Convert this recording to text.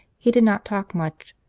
he did not talk much,